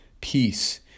peace